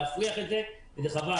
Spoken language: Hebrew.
להפריח את זה וחבל.